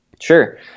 Sure